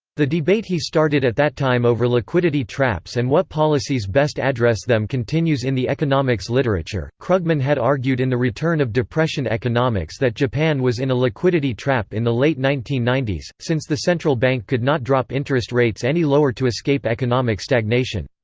the debate he started at that time over liquidity traps and what policies best address them continues in the economics literature krugman had argued in the return of depression economics that japan was in a liquidity trap in the late nineteen ninety s, since the central bank could not drop interest rates any lower to escape economic stagnation.